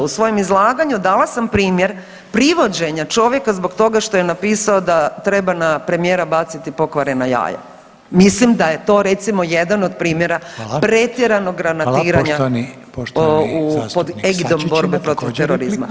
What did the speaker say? U svojem izlaganju dala sam primjer privođenja čovjeka zbog toga što je napisao da treba na premijera baciti pokvarena jaja, mislim da je to recimo jedan od primjera pretjeranog granatiranja pod egidom borbe protiv terorizma.